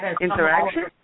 interaction